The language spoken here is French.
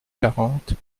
quarante